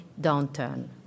downturn